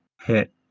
hit